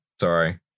sorry